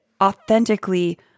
authentically